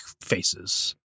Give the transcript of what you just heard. faces